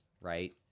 right